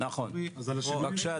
ציבורי או אחר.